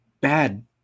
bad